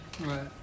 Right